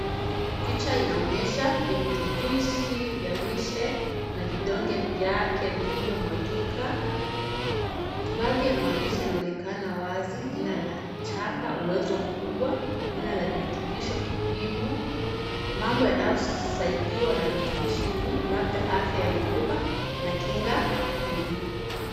Picha inaonyesha virutubishi vya lishe na vidonge vyake vilivyomwagika. Baadhi ya maandishi yanaonekana wazi. Jina la chama, uwezo mkubwa, jiba la virutubisho kipimo, mambo yanayosaidiwa na virutubishi hivi, labda afya ya mifupa, na kinga mwilini.